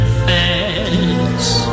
face